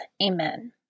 Amen